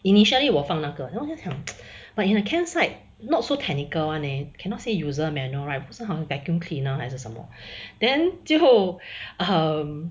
initially 我放那个然后他讲 but in a campsite not so technical [one] leh cannot say user manual right 不是好像 vacuum cleaner 还是什么 then 最后 um